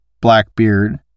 blackbeard